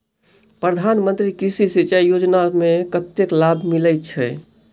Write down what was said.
प्रधान मंत्री कृषि सिंचाई योजना मे कतेक लाभ मिलय छै?